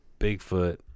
Bigfoot